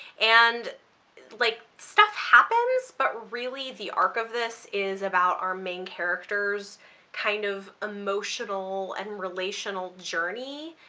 and like stuff happens, but really the arc of this is about our main characters kind of emotional and relational journey,